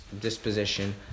disposition